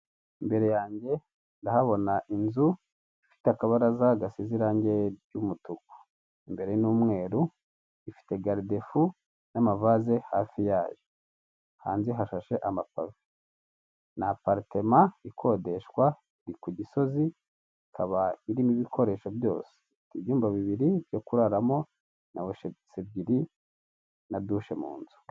Imbere yanjye ndahabona inzu ifite akabaraza gasize irangi ry'umutuku imbere n'umweru ifite garidefu n'amavase hafi yayo hanze hashashe amapave n'aparitema ikodeshwa iri ku Gisozi. Ikaba irimo ibikoresho byose ifite ibyumba bibiri byo kuraramo na wese ebyiri na dushe mu nzu.